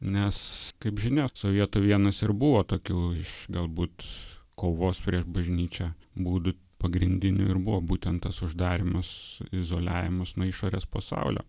nes kaip žinia sovietų vienas ir buvo tokių iš galbūt kovos prieš bažnyčią būdų pagrindinių ir buvo būtent tas uždarymas izoliavimas nuo išorės pasaulio